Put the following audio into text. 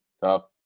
tough